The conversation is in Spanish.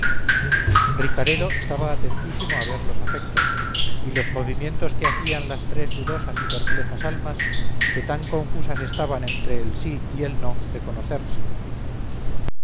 ricaredo estaba atentísimo a ver los afectos y los movimientos que hacían las tres dudosas y perplejas almas que tan confusas estaban entre el sí y el no de conocerse